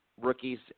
rookies